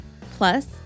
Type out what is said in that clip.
Plus